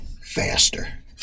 faster